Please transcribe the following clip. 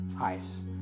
ice